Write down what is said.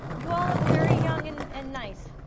you all look very young and and nice.